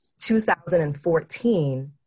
2014